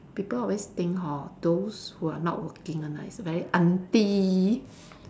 people always think hor those who are not working one right is very aunty